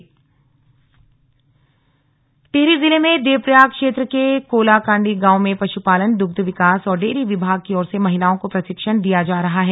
महिला प्रशिक्षण टिहरी जिले में देवप्रयाग क्षेत्र के कोलाकांडी गांव में पगुपालन दुग्ध विकास और डेयरी विभगा की ओर से महिलाओं को प्रशिक्षण दिया जा रहा है